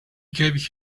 gave